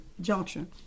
junction